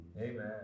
Amen